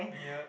yup